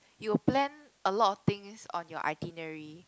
you'll plan a lot of things on your itinerary